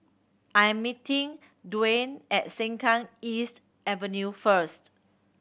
I am meeting Duane at Sengkang East Avenue first